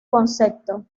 concepto